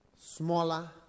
smaller